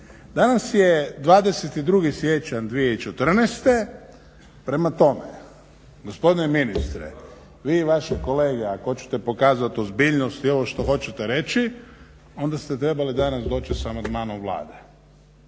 Danas je 22. siječanj 2014. Prema tome, gospodine ministre vi i vaši kolege ako hoćete pokazati ozbiljnost i ovo što hoćete reći onda ste trebali danas doći sa amandmanom Vlade